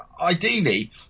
ideally